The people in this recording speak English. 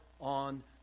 on